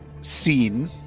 scene